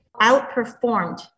outperformed